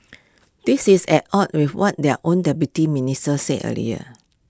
this is at odds with what their own deputy minister said earlier